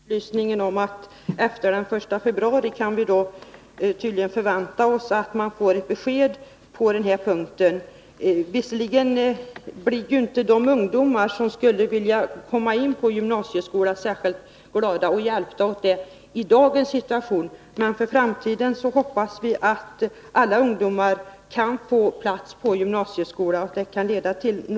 Herr talman! Jag ber att få tacka för upplysningen att vi tydligen efter den 1 februari kan vänta ett besked på denna punkt. Visserligen blir inte de ungdomar som i dag skulle vilja komma in på gymnasieskolan hjälpta därmed, men vi hoppas att alla ungdomar i framtiden kan få plats på gymnasieskolan.